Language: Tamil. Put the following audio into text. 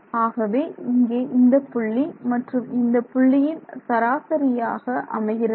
ஆகவே இங்கே இந்தப் புள்ளி மற்றும் இந்தப் பள்ளியின் சராசரியாக அமைகிறது